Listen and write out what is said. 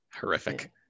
horrific